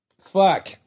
Fuck